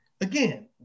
again